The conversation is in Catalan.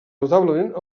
notablement